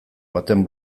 baten